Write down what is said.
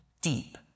deep